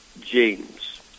James